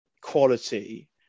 quality